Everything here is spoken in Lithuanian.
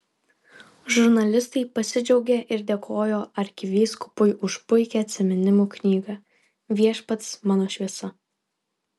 žurnalistai pasidžiaugė ir dėkojo arkivyskupui už puikią atsiminimų knygą viešpats mano šviesa